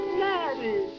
daddy